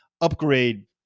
upgrade